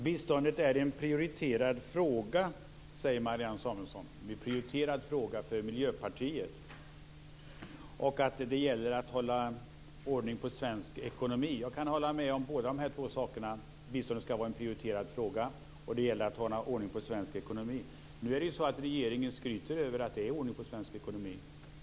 Herr talman! Biståndet är en prioriterad fråga för Miljöpartiet, och det gäller att hålla ordning på svensk ekonomi, säger Marianne Samuelsson. Jag kan hålla med om båda dessa saker. Biståndet skall vara en prioriterad fråga, och det gäller att hålla ordning på svensk ekonomi. Men regeringen skryter ju över att det är ordning på svensk ekonomi.